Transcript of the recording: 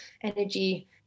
energy